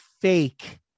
fake